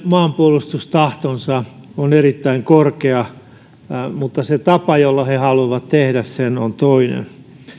maanpuolustustahto on erittäin korkea se tapa jolla he haluavat toteuttaa sitä on toinen